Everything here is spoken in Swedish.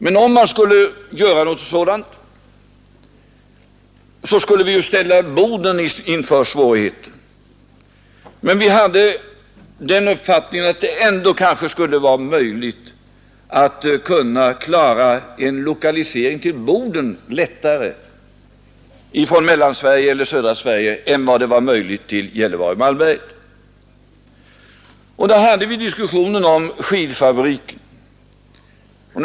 Men om man skulle göra något sådant, skulle man ju ställa Boden inför svårigheter. Vi hade dock den uppfattningen att det ändå skulle vara möjligt att lättare kunna klara en lokalisering till Boden från Mellansverige eller södra Sverige än till Gällivare— Malmberget. Då förde vi diskussionen om skidfabriken.